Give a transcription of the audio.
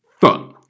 fun